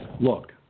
Look